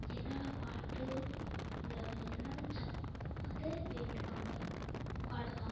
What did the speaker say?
என்னென்ன பாட்டு இல்லை என்னென்ன ஜபமிருக்கோ அதை வேண்டுவாங்க பாடுவாங்க